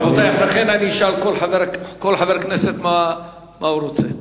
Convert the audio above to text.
רבותי, אחר כך אני אשאל כל חבר כנסת מה הוא רוצה.